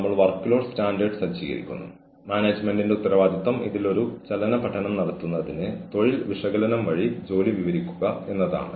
നിങ്ങൾ ആദ്യം ചെയ്യേണ്ടത് വ്യക്തിയെ അവന്റെ ക്ഷോഭം പുറത്തുപറയാൻ അനുവദിക്കുക എന്നതാണ്